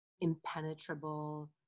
impenetrable